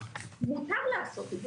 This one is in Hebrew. מותר לעשות את זה,